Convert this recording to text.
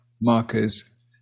Markers